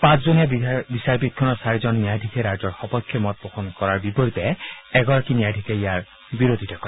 পাঁচজনীয়া বিচাৰপীঠখনত চাৰিজন ন্যায়াধীশে ৰায়টোৰ সপক্ষে মত পোষণ কৰাৰ বিপৰীতে এগৰাকী ন্যায়াধীশে ইয়াৰ বিৰোধিতা কৰে